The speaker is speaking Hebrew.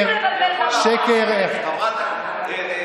הרב דרעי,